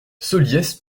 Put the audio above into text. solliès